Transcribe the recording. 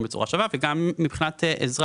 בצורה שווה; אנחנו רוצים לתת גם לאבות מבחינת עזרה